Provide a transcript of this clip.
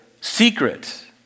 secret